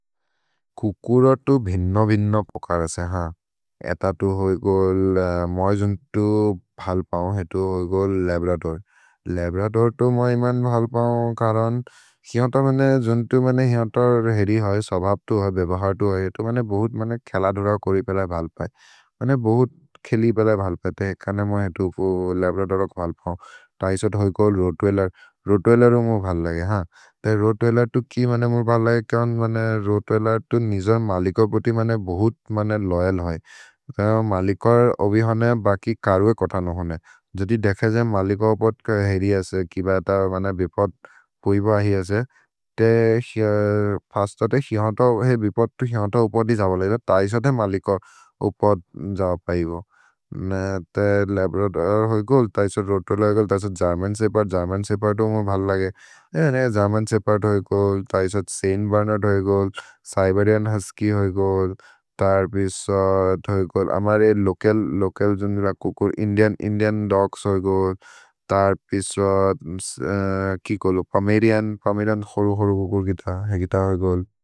कुकुर तु भिन्नो भिन्नो पकर् असे हान्, एत तु होइ गोल् मोइ जुन्तु फल् पौन्, हेतु होइ गोल् लब्रदोर्। लब्रदोर् तु मोइ मन् फल् पौन् करन् किहोन्त मने जुन्तु मने जुन्तर् हेरि होइ, सबब् तु होइ, बेबहर् तु होइ, एतु मने बोहुत् मने खेल दोर कोरि पेलै फल् पए, मने बोहुत् खेलि पेलै फल् पए, ते एक्क ने मोइ हेतु लब्रदोरक् फल् पौन्। तै सत् होइ गोल् रोत्वेल्लेर्, रोत्वेल्लेर् मोइ फल् लगे हान्, ते रोत्वेल्लेर् तु किह् मने मोइ फल् लगे किहोन्, रोत्वेल्लेर् तु निजोर् मलिकर् प्रोति मने बोहुत् मने लोयल् होइ, मलिकर् अबिहने बकि करु ए कथनो होने। जोति देखे जमे मलिकर् उपद् कहिरि असे, किब त मन बिपद् पुइबह् हि असे, ते फस्त ते किहोन्त है बिपद् तु किहोन्त उपदि जओ बले, तै सत् है मलिकर् उपद् जओ पहि बोह्। ते लब्रदोर् होइ गोल्, तै सत् रोत्वेल्लेर् होइ गोल्, तै सत् गेर्मन् शेपर्द्, गेर्मन् शेपर्द् मोइ फल् लगे हान् है, गेर्मन् शेपर्द् होइ गोल्, तै सत् सैन्त् बेर्नर्द् होइ गोल्। सैबरिअन् हुस्क्य् होइ गोल्, तर्बिस् होइ गोल्, अमरे लोकल्, लोकल् जुन्जुर कुकुर्, इन्दिअन्, इन्दिअन् दोग्स् होइ गोल्, तर्बिस् होइ गोल्, कि कोलो, पमेरिअन्, पमेरिअन् खुरु खुरु कुकुर् गित है गित होइ गोल्।